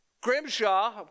Grimshaw